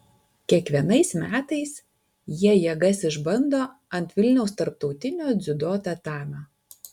kiekvienais metais jie jėgas išbando ant vilniaus tarptautinio dziudo tatamio